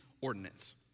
ordinance